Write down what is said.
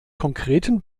konkreten